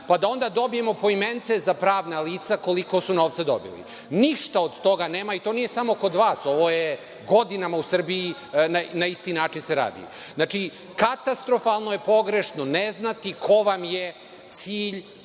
pa da onda dobijemo poimence za pravna lica koliko su novca dobili. Ništa od toga nema i to nije samo kod vas. Godinama se u Srbiji na isti način radi. Znači, katastrofalno je pogrešno ne znati ko vam je cilj